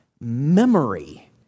memory